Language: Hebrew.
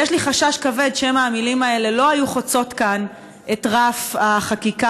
יש לי חשש כבד שמא המילים האלה לא היו חוצות כאן את רף החקיקה,